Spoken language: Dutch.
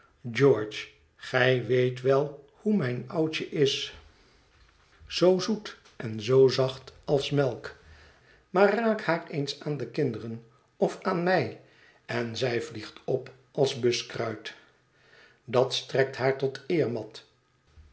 george gij weet wel hoe mijn oudje is zoo zoet en zoo zacht als melk maar raak haar eens aan de kinderen of aan mij en zij vliegt op als buskruit dat strekt haar tot